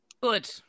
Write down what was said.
Good